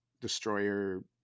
Destroyer